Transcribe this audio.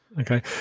Okay